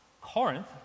Corinth